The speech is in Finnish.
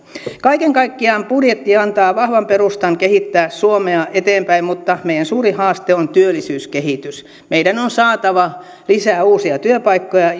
kaiken kaikkiaan budjetti antaa vahvan perustan kehittää suomea eteenpäin mutta meidän suuri haasteemme on työllisyyskehitys meidän on saatava lisää uusia työpaikkoja